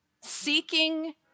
seeking